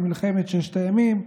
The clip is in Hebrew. במלחמת ששת הימים,